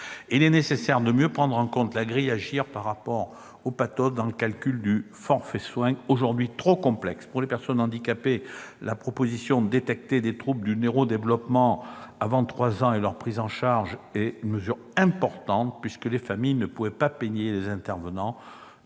Il est nécessaire de mieux prendre en compte la grille AGGIR par rapport au PATHOS dans le calcul du forfait soins. Aujourd'hui, elle est trop complexe. Pour les personnes handicapées, la proposition de détecter les troupes du neuro-développement avant l'âge de 3 ans et leur prise en charge est une mesure importante, puisque les familles ne pouvaient pas payer les intervenants